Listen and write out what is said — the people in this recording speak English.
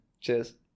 Cheers